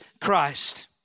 Christ